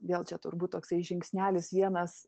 vėl čia turbūt toksai žingsnelis vienas